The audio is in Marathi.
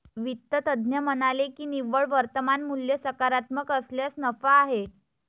वित्त तज्ज्ञ म्हणाले की निव्वळ वर्तमान मूल्य सकारात्मक असल्यास नफा आहे